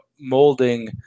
molding